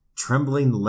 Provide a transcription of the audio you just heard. Trembling